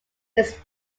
its